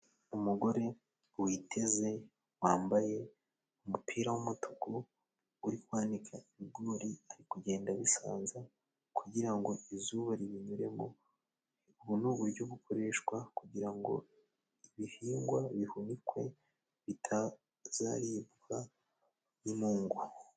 Umugore witeze, wambaye umupira w'umutuku, uri kwanika ibigori ari kugenda abisanza kugira ngo izuba ribinyuremo. Ubu ni uburyo bukoreshwa kugira ngo ibihingwa bihunikwe bitazaribwa n'imungu.